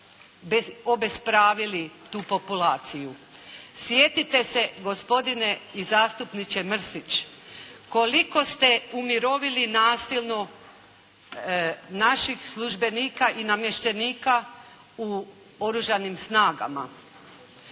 obespravili tu populaciju. Sjetite se gospodine i zastupniče Mrsić koliko ste umirovili nasilno naših službenika i namještenika u Oružanim snagama.